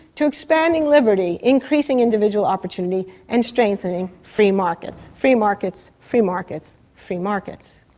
to expanding liberty, increasing individual opportunity and strengthening free markets. free markets, free markets, free markets.